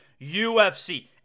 UFC